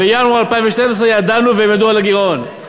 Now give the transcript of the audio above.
בינואר 2012 ידענו והם ידעו על הגירעון,